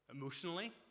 emotionally